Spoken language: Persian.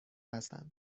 هستند